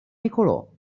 nicolò